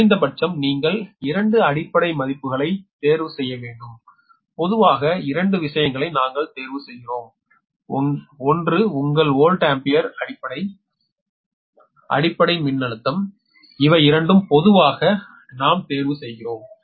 குறைந்தபட்சம் நீங்கள் இரண்டு அடிப்படை மதிப்புகளைத் தேர்வு செய்ய வேண்டும் பொதுவாக இரண்டு விஷயங்களை நாங்கள் தேர்வுசெய்கிறோம் ஒன்று உங்கள் வோல்ட் ஆம்பியர் அடிப்படை அடிப்படை மின்னழுத்தம் இவை இரண்டும் பொதுவாக நாம் தேர்வு செய்கிறோம்